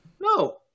No